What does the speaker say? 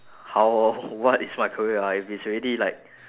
how what is my career ah if it's already like